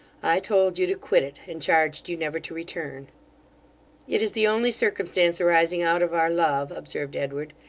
i told you to quit it, and charged you never to return it is the only circumstance arising out of our love observed edward,